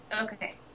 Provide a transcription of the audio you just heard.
Okay